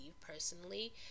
personally